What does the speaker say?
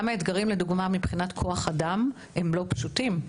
גם האתגרים, לדוגמה מבחינת כוח אדם, הם לא פשוטים.